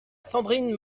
sandrine